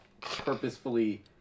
purposefully